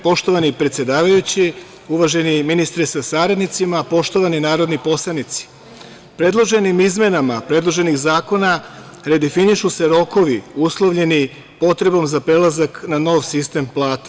Poštovani predsedavajući, uvaženi ministri sa saradnicima, poštovani narodni poslanici, predloženim izmenama predloženih zakona redefinišu su rokovi uslovljeni potrebom za prelazak na nov sistem plata.